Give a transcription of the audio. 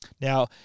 Now